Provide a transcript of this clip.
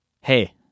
hey